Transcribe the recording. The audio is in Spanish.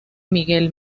miguel